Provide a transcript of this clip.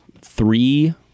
three